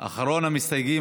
אחרון המסתייגים.